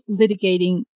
litigating